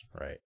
right